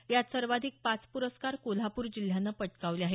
यात सर्वाधिक पाच पुरस्कार कोल्हापूर जिल्ह्यानं पटकावले आहेत